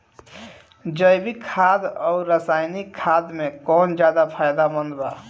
जैविक खाद आउर रसायनिक खाद मे कौन ज्यादा फायदेमंद बा?